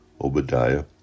Obadiah